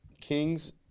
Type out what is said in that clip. kings